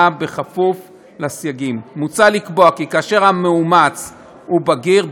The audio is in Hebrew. בכפוף לסייגים: מוצע לקבוע כי כאשר המאומץ הוא בגיר,